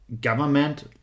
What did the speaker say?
government